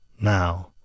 Now